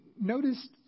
Noticed